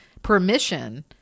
permission